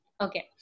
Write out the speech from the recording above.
okay